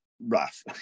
rough